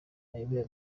ayoboye